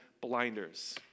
blinders